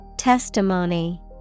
Testimony